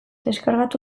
deskargatu